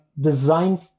design